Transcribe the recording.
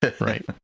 right